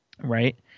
right